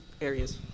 areas